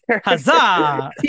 Huzzah